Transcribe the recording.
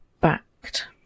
backed